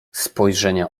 spojrzenia